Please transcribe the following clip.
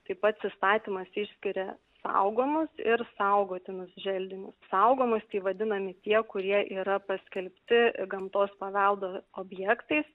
taip pat įstatymas išskiria saugomus ir saugotinus želdinius saugomus tai vadinami tie kurie yra paskelbti gamtos paveldo objektais